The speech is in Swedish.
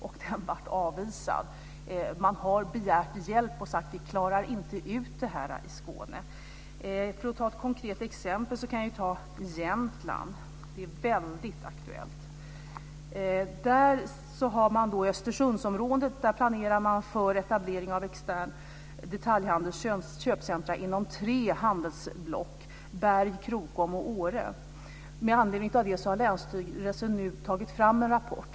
Det blev avvisat. Man har begärt hjälp och sagt att man inte klarar ut detta i För att ta ett konkret exempel kan jag nämna Jämtland. Det är väldigt aktuellt. I Östersundsområdet planerar man för etablering av extern detaljhandel och köpcentrum inom tre handelsblock: Berg, Krokom och Åre. Med anledning av det har länsstyrelsen nu tagit fram en rapport.